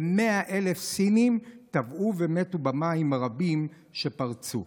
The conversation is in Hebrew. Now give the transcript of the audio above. ו-100,000 סינים טבעו ומתו במים הרבים שפרצו.